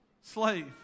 slave